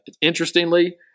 Interestingly